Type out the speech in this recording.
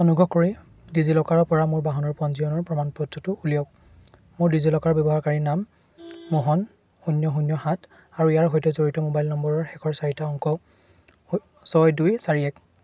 অনুগ্ৰহ কৰি ডিজিলকাৰৰ পৰা মোৰ বাহনৰ পঞ্জীয়নৰ প্ৰমাণপত্ৰটো উলিয়াওক মোৰ ডিজিলকাৰ ব্যৱহাৰকাৰী নাম মোহন শূন্য শূন্য সাত আৰু ইয়াৰ সৈতে জড়িত মোবাইল নম্বৰৰ শেষৰ চাৰিটা অংক ছয় দুই চাৰি এক